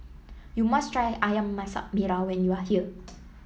you must try ayam Masak Merah when you are here